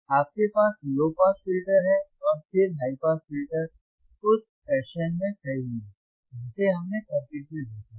और आपके पास लो पास फिल्टर है और फिर हाई पास फिल्टर उस फैशन में सही है जिसे हमने सर्किट में देखा है